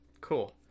cool